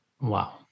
wow